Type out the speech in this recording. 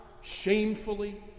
shamefully